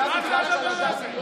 הצבעה שמית.